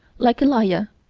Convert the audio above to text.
like elijah,